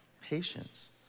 patience